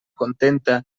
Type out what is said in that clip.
contenta